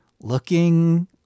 looking